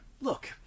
look